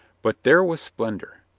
but there was splendor.